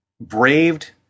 braved